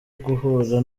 guhura